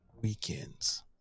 weekends